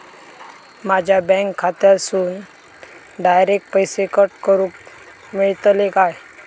माझ्या बँक खात्यासून डायरेक्ट पैसे कट करूक मेलतले काय?